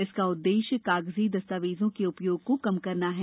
इसका उद्देश्य कागजी दस्तावेजों के उपयोग को कम करना है